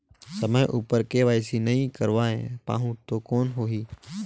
समय उपर के.वाई.सी नइ करवाय पाहुं तो कौन होही?